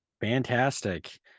Fantastic